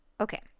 Okay